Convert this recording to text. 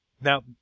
now